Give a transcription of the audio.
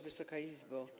Wysoka Izbo!